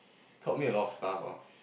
taught me a lot of stuff loh